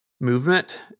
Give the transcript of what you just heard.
movement